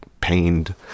pained